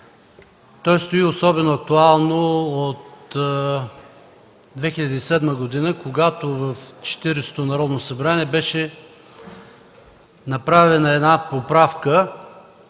Той стои особено актуално от 2007 г., когато в Четиридесетото Народно събрание беше направена поправка.